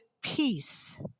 peace